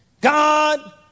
God